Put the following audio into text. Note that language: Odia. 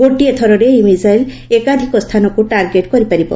ଗୋଟିଏ ଥରରେ ଏହି ମିସାଇଲ୍ ଏକାଧିକ ସ୍ଥାନକୁ ଟାର୍ଗେଟ କରିପାରିବ